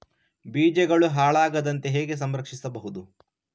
ಬೀಜಗಳು ಹಾಳಾಗದಂತೆ ಹೇಗೆ ಸಂರಕ್ಷಿಸಬಹುದು?